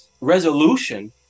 resolution